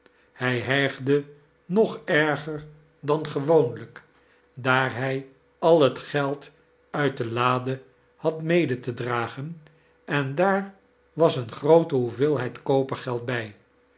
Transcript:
hij hijgde nog erger dan gewoonlijk daar bij al het geld uit de lade had miede te dragen en daar was eene groote hoeveelheid kopergeld bij